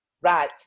Right